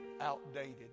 outdated